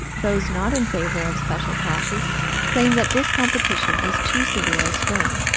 those not in favor of special classes claim that this competition is too severe a strain,